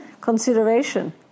consideration